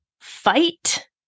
fight